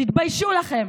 תתביישו לכם.